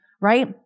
Right